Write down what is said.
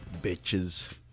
bitches